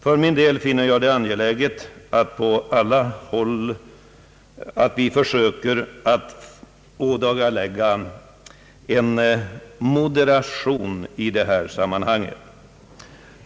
För min del finner jag det angeläget att på alla håll försöka visa moderation i det här sammanhanget.